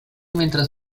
mientras